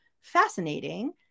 fascinating